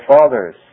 fathers